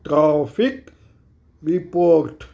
traffic report